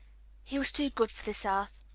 he was too good for this earth.